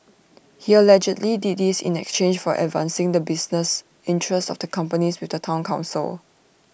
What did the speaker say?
he allegedly did this in exchange for advancing the business interests of the companies with the Town Council